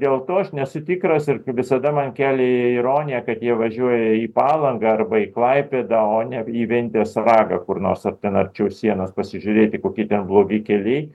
dėl to aš nesu tikras ir visada man kelia ironiją kad jie važiuoja į palangą arba į klaipėdą o ne į ventės ragą kur nors ar ten arčiau sienos pasižiūrėti kokie ten blogi keliai